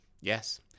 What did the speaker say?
Yes